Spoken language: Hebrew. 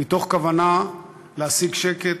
מתוך כוונה להשיג שקט